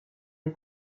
les